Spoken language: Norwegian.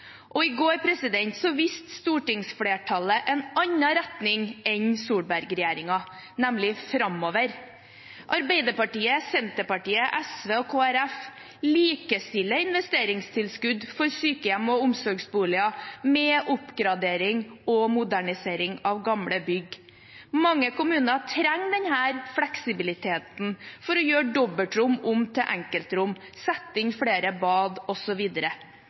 kommunene. I går viste stortingsflertallet en annen retning enn Solberg-regjeringen, nemlig framover. Arbeiderpartiet, Senterpartiet, SV og Kristelig Folkeparti likestiller investeringstilskudd for sykehjem og omsorgsboliger med oppgradering og modernisering av gamle bygg. Mange kommuner trenger denne fleksibiliteten – for å gjøre dobbeltrom om til enkeltrom, sette inn flere bad